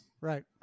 Right